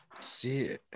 See